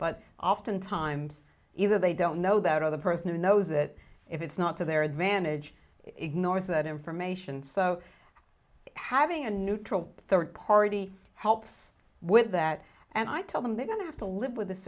but often times either they don't know that other person who knows it if it's not to their advantage ignores that information so having a neutral third party helps with that and i tell them they're going to have to live with th